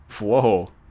Whoa